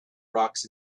rocks